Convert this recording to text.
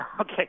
Okay